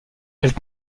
elle